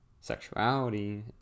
sexuality